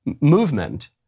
movement